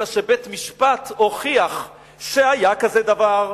אלא שבית-משפט הוכיח שהיה כזה דבר.